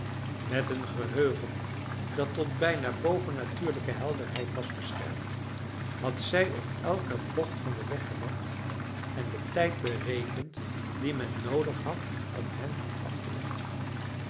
met een geheugen dat tot bijna bovennatuurlijke helderheid was verscherpt had zij op elke bocht van den weg gelet en den tijd berekend dien men noodig had om hem af te leggen